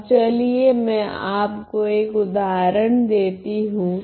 अब चलिए मैं आपको एक उदाहरण देती हूँ